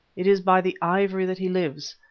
it is by the ivory that he lives,